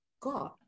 God